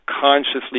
consciously